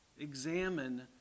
examine